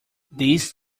these